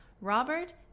Robert